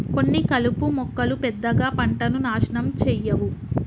కొన్ని కలుపు మొక్కలు పెద్దగా పంటను నాశనం చేయవు